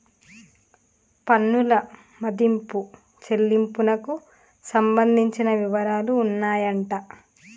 పన్నుల మదింపు చెల్లింపునకు సంబంధించిన వివరాలు ఉన్నాయంట